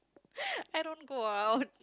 I don't go out